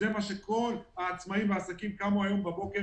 כל העצמאים והעסקים קמו היום בבוקר